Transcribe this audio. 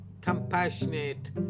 compassionate